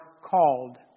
called